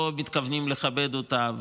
לא מתכוונים לכבד אותה.